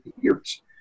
years